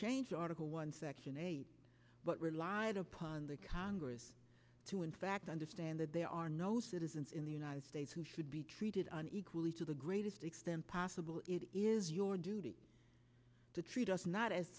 changed article one section eight but relied upon the congress to in fact understand that there are no citizens in the united states who should be treated unequally to the greatest extent possible it is your duty to treat us not as